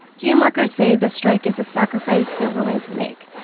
gm workers say the strike is a sacrifice they're willing to make.